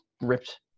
ripped